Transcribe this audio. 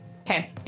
Okay